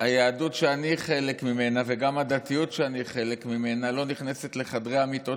היהדות שאני חלק ממנה וגם הדתיות שאני חלק ממנה לא נכנסת לחדרי המיטות